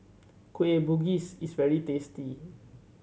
Kueh Bugis is very tasty